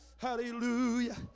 Hallelujah